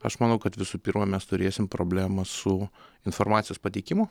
aš manau kad visų pirma mes turėsim problemą su informacijos pateikimu